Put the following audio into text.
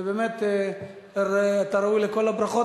ובאמת אתה ראוי לכל הברכות.